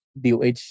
DOH